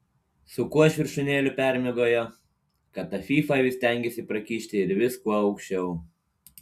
su kuo iš viršūnėlių permiegojo kad tą fyfą vis stengiasi prakišti ir vis kuo aukščiau